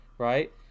Right